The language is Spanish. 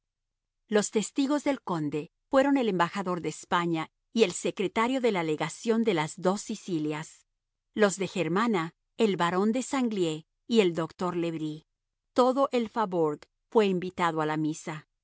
los testigos del conde fueron el embajador de españa y el secretario de la legación de las dos sicilias los de germana el barón de sanglié y el doctor le bris todo el faubourg fue invitado a la misa